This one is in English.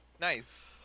nice